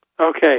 Okay